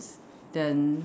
then